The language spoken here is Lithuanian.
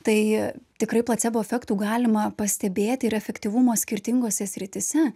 tai tikrai placebo efektų galima pastebėti ir efektyvumo skirtingose srityse